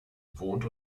wohnt